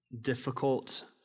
difficult